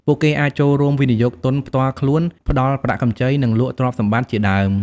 ពួកគេអាច ចូលរួមវិនិយោគទុនផ្ទាល់ខ្លួន ផ្តល់ប្រាក់កម្ចី និងលក់ទ្រព្យសម្បត្តិជាដើម។